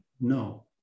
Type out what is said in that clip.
no